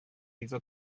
iddo